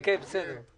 כן, בסדר.